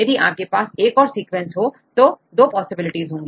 यदि आपके पास एक और सीक्वेंस हो तो 2 पॉसिबिलिटीज होंगी